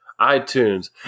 iTunes